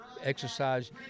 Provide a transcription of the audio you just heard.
exercise